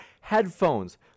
headphones